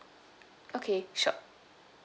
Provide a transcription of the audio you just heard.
okay sure